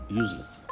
useless